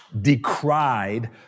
decried